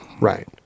right